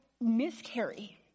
miscarry